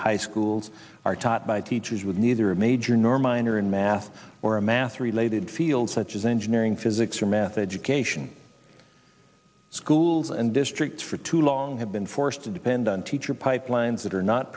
high schools are taught by teachers with neither major nor minor in math or a math related fields such as engineering physics or math education schools and districts for too long have been forced to depend on teacher pipelines that are not